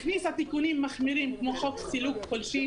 הכניסה תיקונים מחמירים כמו חוק סילוק פולשים.